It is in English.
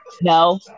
No